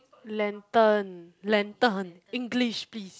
lantern lantern English please